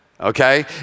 okay